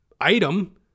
item